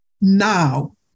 now